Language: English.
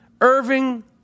Irving